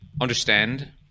understand